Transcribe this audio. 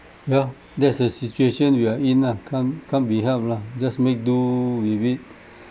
yeah that's a situation we are in ah can't can't be helped lah just make do with it